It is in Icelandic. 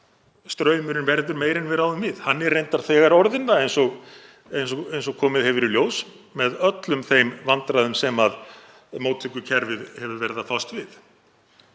að straumurinn verður meiri en við ráðum við. Hann er reyndar þegar orðinn það, eins og komið hefur í ljós, með öllum þeim vandræðum sem móttökukerfið hefur verið að fást við.